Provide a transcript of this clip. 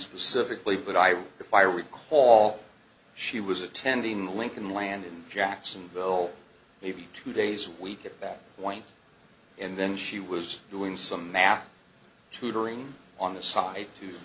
specifically but i will if i recall she was attending lincoln land in jacksonville maybe two days a week at that point and then she was doing some map tutoring on the side to